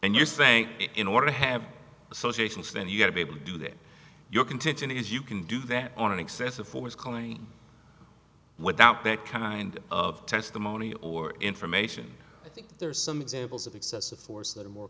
and you're saying in order to have associations then you've got to be able to do that your contention is you can do that on an excessive force calling without that kind of testimony or information i think there are some examples of excessive force that are more